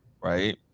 right